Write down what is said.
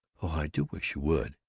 oh, i do wish you would!